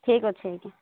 ଠିକ ଅଛି ଆଜ୍ଞା